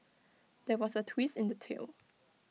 there was A twist in the tale